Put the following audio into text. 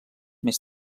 més